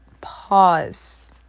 pause